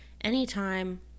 anytime